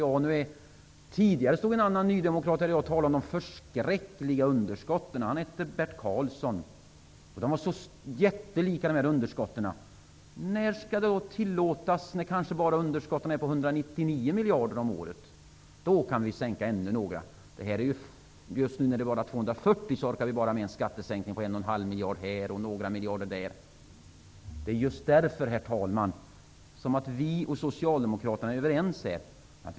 Tidigare i dag talade en annan nydemokrat, Bert Karlsson, om de förskräckliga underskotten som var så jättelika. När skall då statsfinanserna tillåta? Kanske när underskotten bara är 199 miljarder om året? Då kan man sänka ännu några skatter! Just nu när det är 240 så orkar man bara med en skattesänkning på en och en halv miljard här och några miljarder där. Det är därför, herr talman, som vi och Socialdemokraterna är överens i den här frågan.